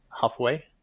halfway